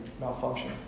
malfunction